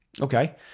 Okay